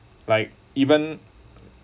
like even